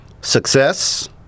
Success